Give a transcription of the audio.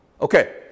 Okay